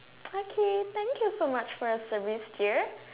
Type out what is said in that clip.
okay thank you so much for your service here